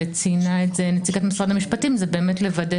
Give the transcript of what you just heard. וציינה את זה נציגת משרד המשפטים זה לוודא